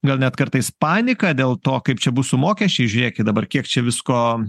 gal net kartais paniką dėl to kaip čia bus su mokesčiais žiūrėkit dabar kiek čia visko